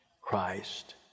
Christ